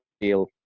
feel